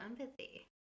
empathy